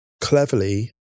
Cleverly